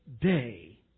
Day